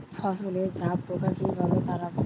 ফসলে জাবপোকা কিভাবে তাড়াব?